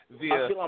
via